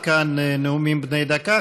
עד כאן נאומים בני דקה.